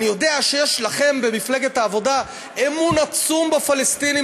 אני יודע שיש לכם במפלגת העבודה אמון עצום בפלסטינים,